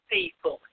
people